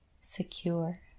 secure